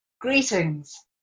Greetings